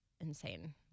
insane